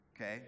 Okay